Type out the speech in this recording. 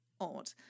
odd